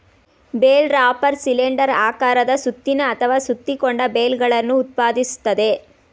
bale wrapper cylinder ಆಕಾರದ ಸುತ್ತಿನ ಅಥವಾ ಸುತ್ತಿಕೊಂಡ ಬೇಲ್ಗಳನ್ನು ಉತ್ಪಾದಿಸ್ತದೆ